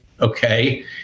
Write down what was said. okay